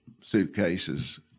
suitcases